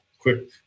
quick